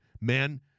man